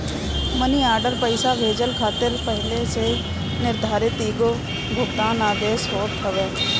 मनी order पईसा भेजला खातिर पहिले से निर्धारित एगो भुगतान आदेश होत हवे